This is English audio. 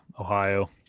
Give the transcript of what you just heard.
Ohio